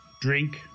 drink